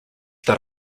that